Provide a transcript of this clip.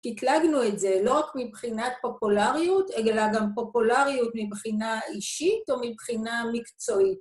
קטלגנו את זה לא רק מבחינת פופולריות, אלא גם פופולריות מבחינה אישית או מבחינה מקצועית.